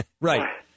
Right